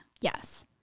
Yes